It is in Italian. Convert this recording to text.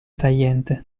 tagliente